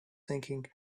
thinking